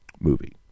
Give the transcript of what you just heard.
movie